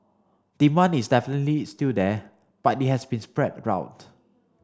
demand is definitely still there but it has been spread out